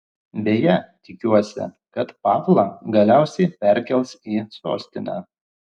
beje tikiuosi kad pavlą galiausiai perkels į sostinę